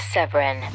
Severin